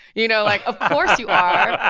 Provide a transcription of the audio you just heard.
you know, like, of course you are